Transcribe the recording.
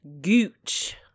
Gooch